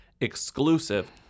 exclusive